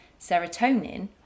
serotonin